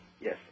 Yes